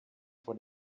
vor